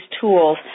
tools